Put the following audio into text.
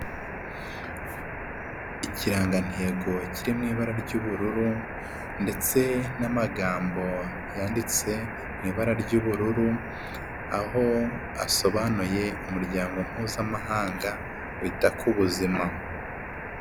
Ikirangantego kiri mu ibara ry'ubururu ndetse n'amagambo yanditse mu ibara ry'ubururu aho asobanuye Umuryango mpuzamahanga wita ku buzima.